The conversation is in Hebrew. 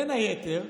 בין היתר,